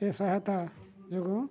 ଏ ସହାୟତା ଯୋଗୁଁ